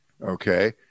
Okay